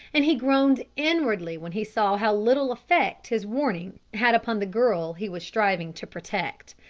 and he groaned inwardly when he saw how little effect his warning had upon the girl he was striving to protect.